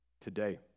Today